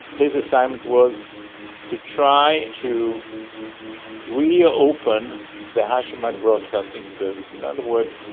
his assignment was to try to reopen the hashemite broadcasting service, in other words,